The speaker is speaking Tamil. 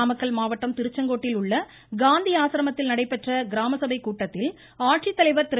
நாமக்கல் மாவட்டம் திருச்செங்கோட்டில் உள்ள காந்தி ஆசிரமத்தில் நடைபெற்ற கிராம சபை கூட்டத்தில் ஆட்சித் தலைவர் திரு